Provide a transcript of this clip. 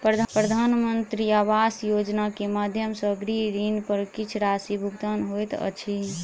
प्रधानमंत्री आवास योजना के माध्यम सॅ गृह ऋण पर किछ राशि भुगतान होइत अछि